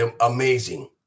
amazing